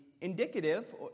indicative